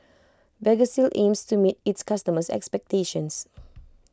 Vagisil aims to meet its customers' expectations